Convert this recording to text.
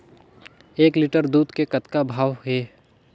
एक लिटर दूध के कतका भाव हे?